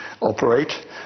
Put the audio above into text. operate